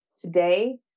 today